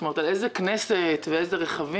זאת אומרת, על איזה כנסת ואיזה רכבים?